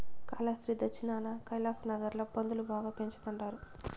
కాలాస్త్రి దచ్చినాన కైలాసనగర్ ల పందులు బాగా పెంచతండారు